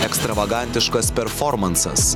ekstravagantiškas performansas